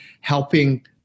helping